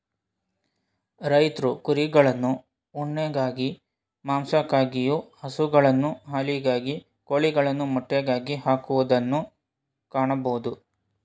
ರೈತ್ರು ಕುರಿಗಳನ್ನು ಉಣ್ಣೆಗಾಗಿ, ಮಾಂಸಕ್ಕಾಗಿಯು, ಹಸುಗಳನ್ನು ಹಾಲಿಗಾಗಿ, ಕೋಳಿಗಳನ್ನು ಮೊಟ್ಟೆಗಾಗಿ ಹಾಕುವುದನ್ನು ಕಾಣಬೋದು